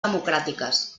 democràtiques